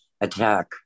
attack